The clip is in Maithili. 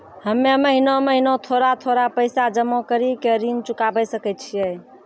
हम्मे महीना महीना थोड़ा थोड़ा पैसा जमा कड़ी के ऋण चुकाबै सकय छियै?